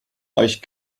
euch